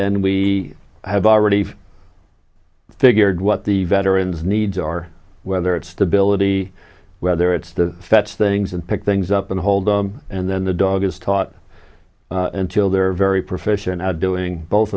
then we have already i figured what the veterans needs are whether it's stability whether it's the fets things and pick things up and hold them and then the dog is taught until they're very proficient at doing both